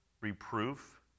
reproof